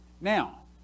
Now